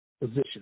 position